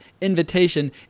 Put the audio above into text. invitation